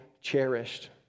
cherished